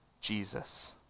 Jesus